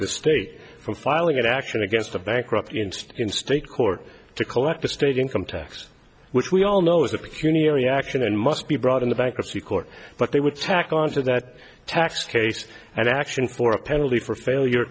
the state from filing an action against a bankrupt interest in state court to collect a state income tax which we all know is a cuneo reaction and must be brought in the bankruptcy court but they would tack on to that tax case and action for a penalty for failure